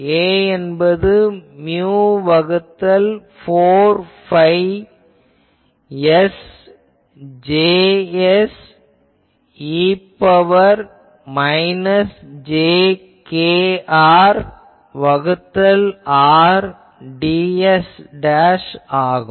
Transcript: A என்பது மியு வகுத்தல் 4 phi S Js e ன் பவர் மைனஸ் j kR வகுத்தல் R ds ஆகும்